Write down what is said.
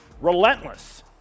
Relentless